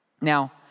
Now